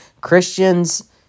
Christians